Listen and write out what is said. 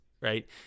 right